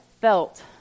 felt